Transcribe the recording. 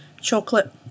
chocolate